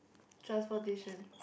transportation